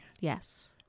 Yes